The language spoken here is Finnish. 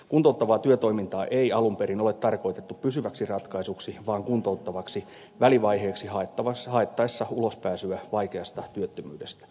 kuntouttavaa työtoimintaa ei alun perin ole tarkoitettu pysyväksi ratkaisuksi vaan kuntouttavaksi välivaiheeksi haettaessa ulospääsyä vaikeasta työttömyydestä